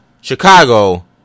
Chicago